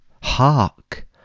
hark